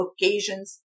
occasions